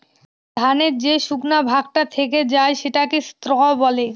ধানের যে শুকনা ভাগটা থেকে যায় সেটাকে স্ত্র বলে